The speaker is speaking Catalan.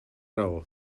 raó